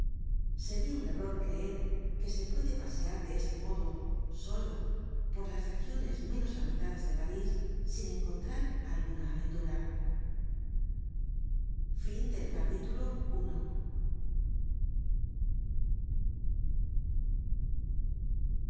seria un error creer que se puede pasear de este modo solo por las regiones menos habitadas de parís sin encontrar alguna aventura content from